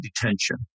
detention